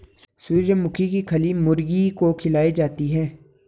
सूर्यमुखी की खली मुर्गी को खिलाई जाती है